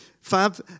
Fab